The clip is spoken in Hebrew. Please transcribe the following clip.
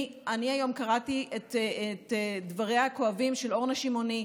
אני היום קראתי את דבריה הכואבים של אורנה שמעוני,